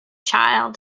child